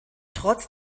trotz